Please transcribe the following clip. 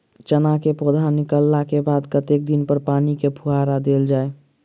चना केँ पौधा निकलला केँ बाद कत्ते दिन पर पानि केँ फुहार देल जाएँ?